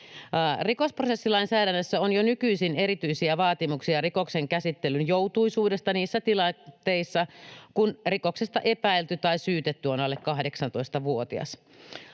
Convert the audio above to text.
Rikosprosessilainsäädännössä on jo nykyisin erityisiä vaatimuksia rikoksen käsittelyn joutuisuudesta niissä tilanteissa, kun rikoksesta epäilty tai syytetty on alle 18-vuotias.